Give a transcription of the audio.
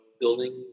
building